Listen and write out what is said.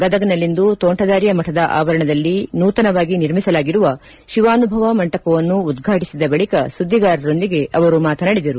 ಗದಗ್ನಲ್ಲಿಂದು ತೋಟಂದಾರ್ಯ ಮಠದ ಆವರಣದಲ್ಲಿ ನೂತನವಾಗಿ ನಿರ್ಮಿಸಲಾಗಿರುವ ಶಿವಾನುಭವ ಮಂಟಪವನ್ನು ಉದ್ವಾಟಿಸಿದ ಬಳಿಕ ಸುದ್ದಿಗಾರರೊಂದಿಗೆ ಅವರು ಮಾತನಾಡಿದರು